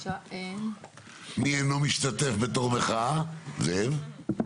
מי אינו משתתף בתור מחאה, זאב?